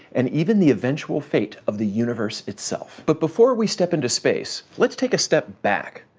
and even the eventual fate of the universe itself. but before we step into space, let's take a step back.